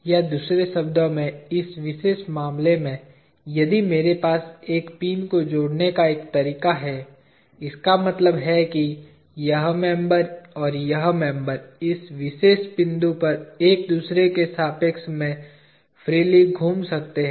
या दूसरे शब्दों में इस विशेष मामले में यदि मेरे पास एक पिन को जोड़ने का एक तरीका है इसका मतलब है कि यह मेंबर और यह मेंबर इस विशेष बिंदु पर एक दूसरे के सापेक्ष में फ्रीली घूम सकते हैं